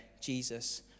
Jesus